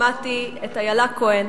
שמעתי את איילה כהן,